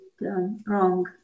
wrong